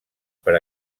per